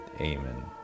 amen